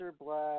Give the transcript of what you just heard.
Black